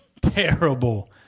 Terrible